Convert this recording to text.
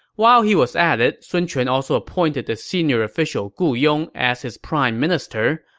while he was at it, sun quan also appointed the senior official gu yong as his prime minister,